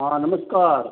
हाँ नमस्कार